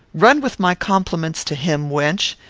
run with my compliments to him, wench.